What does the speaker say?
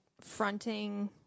fronting